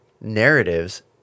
narratives